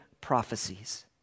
prophecies